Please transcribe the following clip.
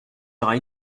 sera